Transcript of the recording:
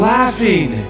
Laughing